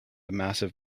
massive